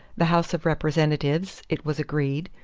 the house of representatives, it was agreed,